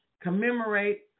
commemorate